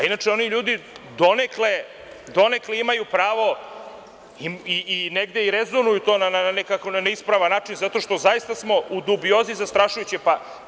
Inače, oni ljudi donekle imaju pravo i negde i rezonuju to nekako na ispravan način zato što zaista smo u dubiozi zastrašujućoj.